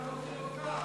קבוצת סיעת